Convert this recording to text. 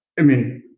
i mean,